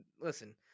listen